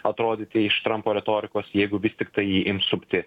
atrodyti iš trampo retorikos jeigu vis tiktai jį ims supti